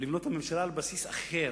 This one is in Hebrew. ולבנות את הממשלה על בסיס אחר,